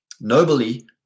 nobly